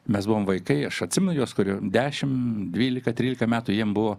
mes buvom vaikai aš atsimenu juos kuriem dešimt dvylika trylika metų jiem buvo